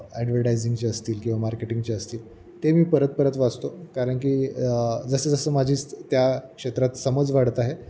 ॲडवर्टायझिंगचे असतील किंवा मार्केटिंगचे असतील ते मी परत परत वाचतो कारण की जसंजसं माझी त्या क्षेत्रात समज वाढत आहे